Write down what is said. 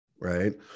right